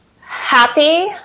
Happy